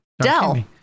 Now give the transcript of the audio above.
Dell